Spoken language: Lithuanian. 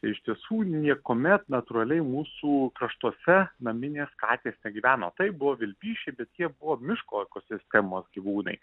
iš tiesų niekuomet natūraliai mūsų kraštuose naminės katės negyveno taip buvo vilpišiai bet jie buvo miško ekosistemos gyvūnai